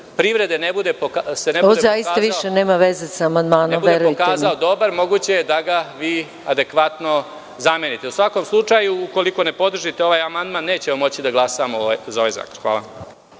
verujte mi.)…dobar, moguće je da ga vi adekvatno zamenite.U svakom slučaju, ukoliko ne podržite ovaj amandman, nećemo moći da glasamo za ovaj zakon. Hvala.